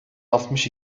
altmış